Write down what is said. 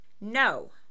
No